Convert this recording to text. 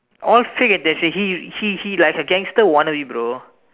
all say he he he like a gangster wannabe bro